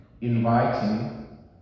inviting